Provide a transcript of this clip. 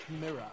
mirror